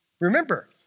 remember